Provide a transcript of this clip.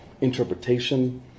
interpretation